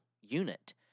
unit